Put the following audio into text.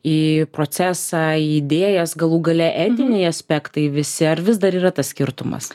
į procesą idėjas galų gale etiniai aspektai visi ar vis dar yra tas skirtumas